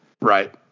Right